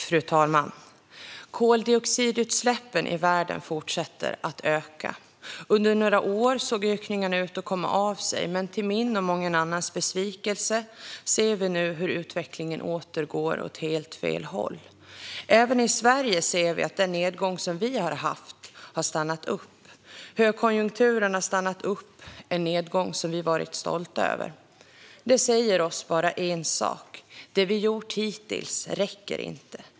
Fru talman! Koldioxidutsläppen i världen fortsätter att öka. Under några år såg ökningarna ut att komma av sig, men till min och mången annans besvikelse ser vi nu hur utvecklingen åter går åt helt fel håll. Även i Sverige ser vi att den nedgång vi haft har stannat upp. Högkonjunkturen har stannat upp en nedgång vi varit stolta över. Det säger oss bara en sak: Det vi gjort hittills räcker inte.